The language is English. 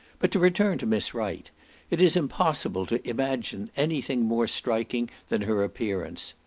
but to return to miss wright it is impossible to imaging any thing more striking than her appearance.